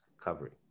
covering